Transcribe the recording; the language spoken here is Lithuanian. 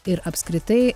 ir apskritai